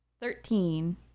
Thirteen